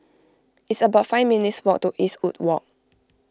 it's about five minutes' walk to Eastwood Walk